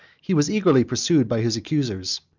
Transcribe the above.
he was eagerly pursued by his accusers,